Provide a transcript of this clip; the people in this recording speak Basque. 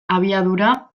abiadura